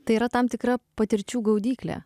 tai yra tam tikra patirčių gaudyklė